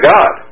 God